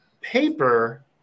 paper